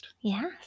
Yes